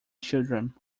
children